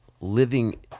living